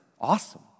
awesome